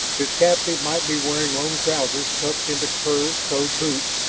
his captive might be wearing long trousers tucked into curved, toed boots,